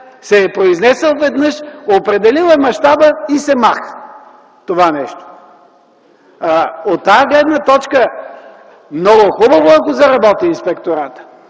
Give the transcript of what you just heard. се е произнесъл веднъж, определил е мащаба и се маха това нещо? От тая гледна точка много хубаво, ако заработи Инспектората.